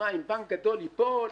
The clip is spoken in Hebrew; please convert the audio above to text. אם בנק גדול ייפול,